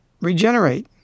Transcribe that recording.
regenerate